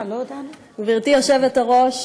גברתי היושבת-ראש,